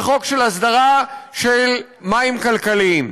וחוק הסדרה של מים כלכליים,